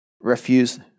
refuse